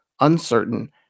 uncertain